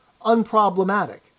unproblematic